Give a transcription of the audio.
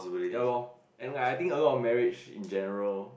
ya lor and like I think a lot of marriage in general